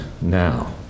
now